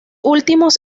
últimos